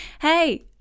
Hey